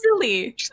silly